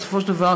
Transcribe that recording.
בסופו של דבר,